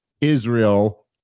Israel